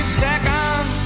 second